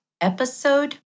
episode